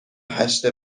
هشت